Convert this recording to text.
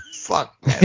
fuck